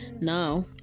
Now